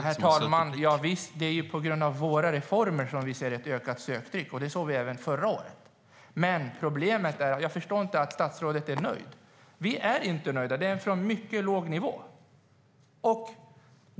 Herr talman! Ja, det är på grund av våra reformer som vi ser ett ökat söktryck. Det såg vi även förra året. Men jag förstår inte att statsrådet är nöjd. Vi är inte nöjda. Det sker från en mycket låg nivå.